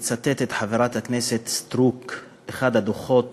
מצטטת חברת הכנסת סטרוק את אחד הדוחות